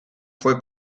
fue